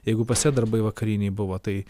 jeigu pas ją darbai vakariniai buvo tai